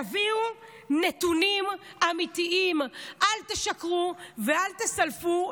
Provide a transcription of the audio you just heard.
תביאו נתונים אמיתיים, אל תשקרו ואל תסלפו.